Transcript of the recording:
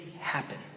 happen